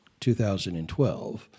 2012